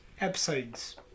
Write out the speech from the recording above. episodes